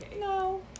No